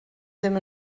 ddim